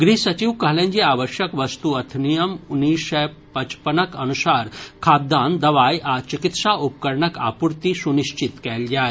गृह सचिव कहलनि जे आवश्यक वस्तु अधिनियम उन्नैस सय पचपनक अनुसार खाद्यान्न दवाई आ चिकित्सा उपकरणक आपूर्ति सुनिश्चित कयल जाय